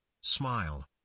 Smile